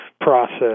process